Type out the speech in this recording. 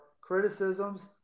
criticisms